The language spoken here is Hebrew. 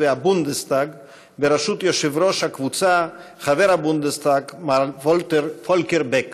והבונדסטאג בראשות יושב-ראש הקבוצה חבר הבודנסטאג מר וולקר בק.